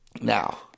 now